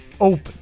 open